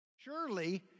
surely